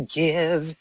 give